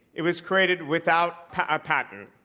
it was created without a patent.